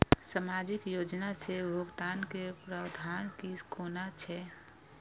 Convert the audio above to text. सामाजिक योजना से भुगतान के प्रावधान की कोना छै?